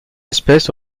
espèce